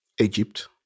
Egypt